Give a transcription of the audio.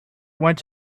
went